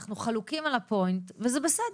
אנחנו חלוקים על הפוינט וזה בסדר,